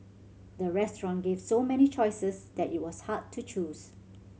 the restaurant gave so many choices that it was hard to choose